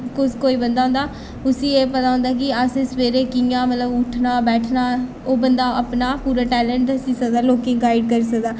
कुस कोई बंदा होंदा उस्सी एह् पता होंदा ऐ कि असें गी सवेरै कि'यां मतलब उट्ठना बैठना ओह् बंदा अपना पूरा टैलंट दस्सी सकदा लोकें गी गाइड करी सकदा